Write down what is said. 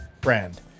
brand